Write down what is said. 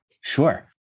Sure